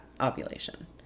ovulation